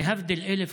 להבדיל אלף